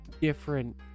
different